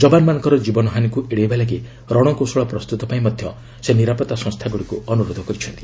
ଜବାନ ମାନଙ୍କର ଜୀବନ ହାନିକୁ ଏଡେଇବା ଲାଗି ରଣକୌଶଳ ପ୍ରସ୍ତୁତ ପାଇଁ ମଧ୍ୟ ସେ ନିରାପତ୍ତା ସଂସ୍ଥାଗୁଡ଼ିକୁ କହିଛନ୍ତି